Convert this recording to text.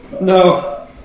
No